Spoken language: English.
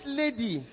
lady